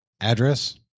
Address